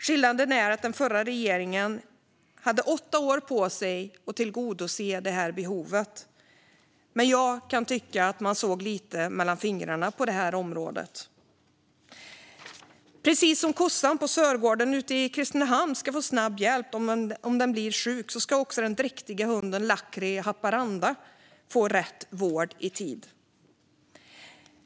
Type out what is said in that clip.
Skillnaden är att den förra regeringen hade åtta år på sig att tillgodose det här behovet. Jag kan tycka att man lite grann såg mellan fingrarna med detta. Precis som kossan på Sörgården ute i Kristinehamn ska få snabb hjälp om den blir sjuk ska den dräktiga hunden Lakkry i Haparanda få rätt vård i tid.